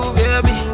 baby